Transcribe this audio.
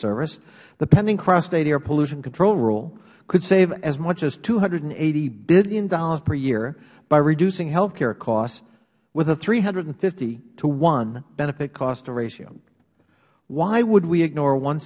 service the pending cross state air pollution control rule could save as much as two hundred and eighty dollars billion per year by reducing health care costs with a three hundred and fifty to one benefit to cost ratio why would we ignore one